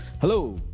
Hello